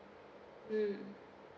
mm